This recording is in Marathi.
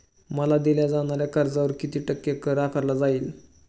मला दिल्या जाणाऱ्या कर्जावर किती टक्के कर आकारला जाईल?